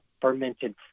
fermented